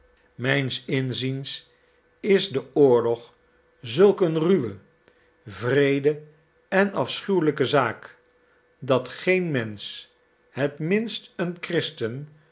mijns inziens is de oorlog zulk een ruwe wreede en afschuwelijke zaak dat geen mensch het minst een christen